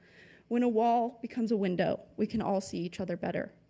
when a wall becomes a window, we can all see each other better.